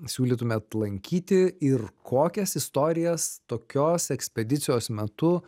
siūlytumėt lankyti ir kokias istorijas tokios ekspedicijos metu